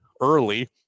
early